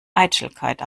eitelkeit